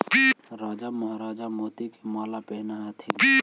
राजा महाराजा मोती के माला पहनऽ ह्ल्थिन